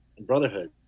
brotherhood